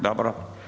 Dobro.